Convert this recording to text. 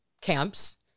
camps